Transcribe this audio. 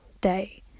day